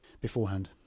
beforehand